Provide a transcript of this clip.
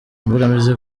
imbogamizi